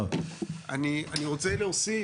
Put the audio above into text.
אני רוצה להוסיף,